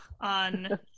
on